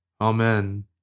Amen